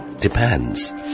depends